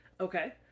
okay